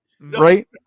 right